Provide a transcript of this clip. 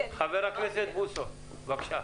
חבר הכנסת בוסו, בבקשה.